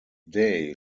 day